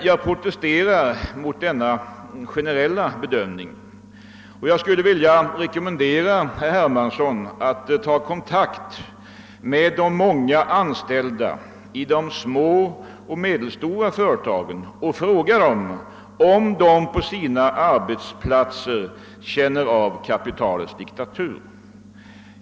Jag protesterar mot denna generella bedömning, och jag skulle vilja rekommendera herr Hermansson att ta kontakt med de många anställda i de små och medelstora företagen och fråga dem, om de på sina arbetsplatser känner av kapitalets diktatur.